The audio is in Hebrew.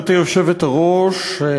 גברתי היושבת-ראש,